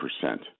percent